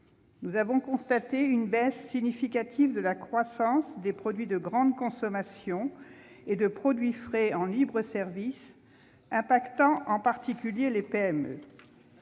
Nous avons constaté une baisse significative de la croissance des produits de grande consommation et des produits frais en libre-service, affectant en particulier les PME.